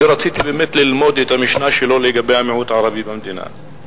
אני רציתי באמת ללמוד את המשנה שלו לגבי המיעוט הערבי במדינה.